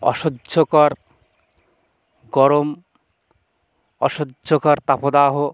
অসহ্যকর গরম অসহ্যকর তাপদাহ